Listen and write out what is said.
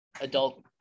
adult